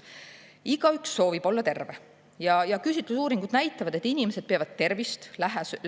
mõni. Igaüks soovib olla terve. Küsitlusuuringud näitavad, et inimesed peavad tervist